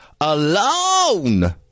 alone